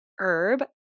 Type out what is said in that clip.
herb